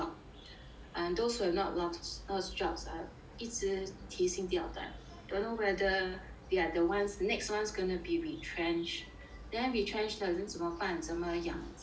err those who have not lost jobs ah 一直提心吊胆 don't know whether they are the ones the next ones gonna be retrenched then retrench 了怎么办怎么养家